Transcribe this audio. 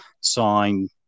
sign